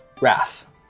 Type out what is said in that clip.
Wrath